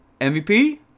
MVP